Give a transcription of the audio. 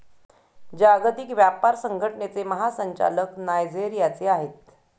जागतिक व्यापार संघटनेचे महासंचालक नायजेरियाचे आहेत